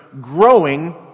growing